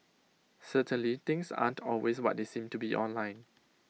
certainly things aren't always what they seem to be online